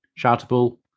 Shoutable